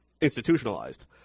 institutionalized